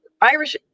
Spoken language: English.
Irish